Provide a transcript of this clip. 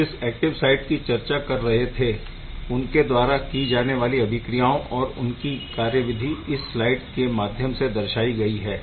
हम जिस active site की चर्चा कर रहे थे उनके द्वारा की जानेवाली अभिक्रियाएं और इनकी कार्यविधि इस स्लाइड के माध्यम से दर्शाइ गई है